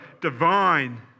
divine